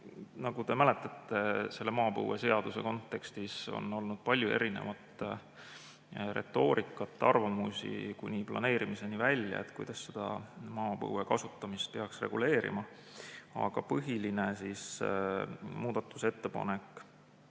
Nagu te mäletate, maapõueseaduse kontekstis on olnud palju erinevat retoorikat ja arvamusi, kuni planeerimiseni välja, kuidas seda maapõue kasutamist peaks reguleerima. Aga põhiline muudatusettepanek